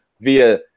via –